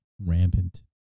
rampant